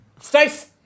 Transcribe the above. Stace